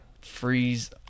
freeze